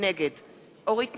נגד אורית נוקד,